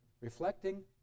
reflecting